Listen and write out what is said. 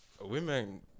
women